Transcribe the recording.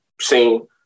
seen